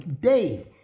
day